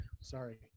Sorry